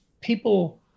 people